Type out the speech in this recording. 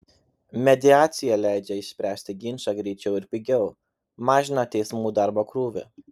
mediacija leidžia išspręsti ginčą greičiau ir pigiau mažina teismų darbo krūvį